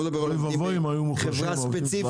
אוי ואבוי אם היו מוחלשים בהיי-טק.